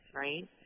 right